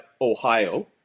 Ohio